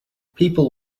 people